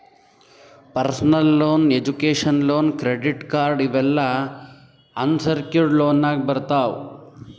personal loan, education loan, credit card ಇವ್ ಎಲ್ಲಾ unsecured ಲೋನ್ನಾಗ್ ಬರ್ತಾವ್